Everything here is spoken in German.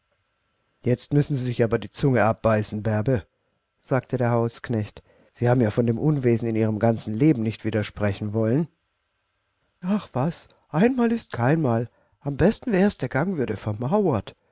jetzt müssen sie sich aber die zunge abbeißen bärbe sagte der hausknecht sie haben ja von dem unwesen in ihrem ganzen leben nicht wieder sprechen wollen ach was einmal ist keinmal am besten wär's der gang würde vermauert